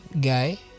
guy